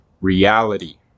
reality